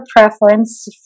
preference